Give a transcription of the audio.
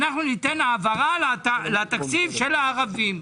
ניתן העברה לתקציב של הערבים,